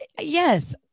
Yes